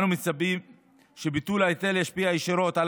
אנו מצפים שביטול ההיטל ישפיע ישירות על